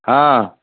हँ